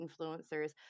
influencers